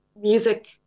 music